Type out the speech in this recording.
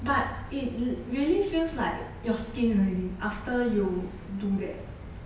but it re~ really feels like your skin already after you do that